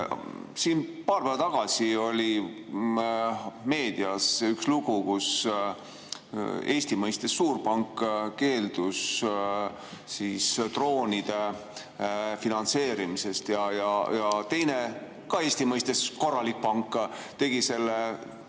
Siin paar päeva tagasi oli meedias üks lugu, kus Eesti mõistes suurpank keeldus droonide finantseerimisest. Ja teine, ka Eesti mõistes korralik pank tegi selle